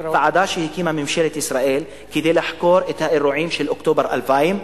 ועדה שהקימה ממשלת ישראל כדי לחקור את האירועים של אוקטובר 2000,